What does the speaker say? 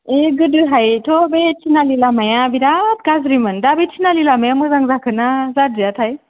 ए गोदोहायथ बे तिनालि लामाया बिराद गाज्रिमोन दा बे तिनालि लामाया मोजां जाखोना जादियाथाय